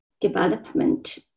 development